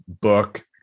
book